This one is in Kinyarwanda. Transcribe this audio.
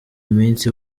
minsi